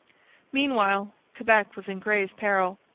meanwhile quebec was in grave peril.